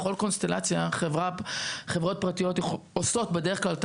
בכל קונסטלציה חברות פרטיות עושות בדרך כלל את